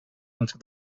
into